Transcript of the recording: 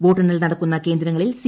വോട്ടെണ്ണൽ നടക്കുന്ന കേന്ദ്രങ്ങളിൽ സി